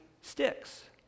sticks